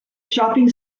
shopping